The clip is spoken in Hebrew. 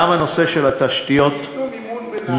גם הנושא של התשתיות נפתר.